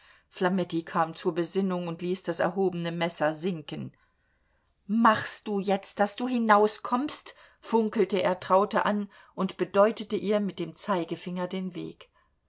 flametti kam zur besinnung und ließ das erhobene messer sinken machst du jetzt daß du hinauskommst funkelte er traute an und bedeutete ihr mit dem zeigefinger den weg